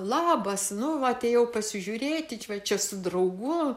labas nu va atėjau pasižiūrėti va čia su draugu